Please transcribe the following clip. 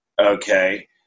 okay